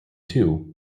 two